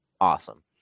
awesome